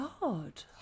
god